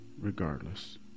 regardless